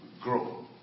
grow